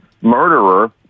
murderer